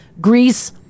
Greece